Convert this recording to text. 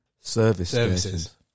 services